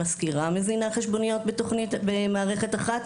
המזכירה מזינה חשבוניות במערכת אחת,